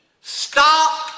stop